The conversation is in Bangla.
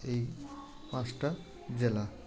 এই পাঁচটা জেলা